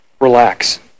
relax